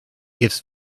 gives